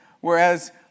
whereas